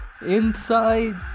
Inside